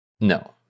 No